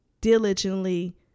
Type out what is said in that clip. diligently